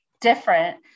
different